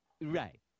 Right